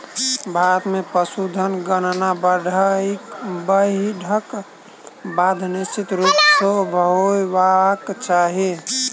भारत मे पशुधन गणना बाइढ़क बाद निश्चित रूप सॅ होयबाक चाही